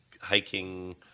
hiking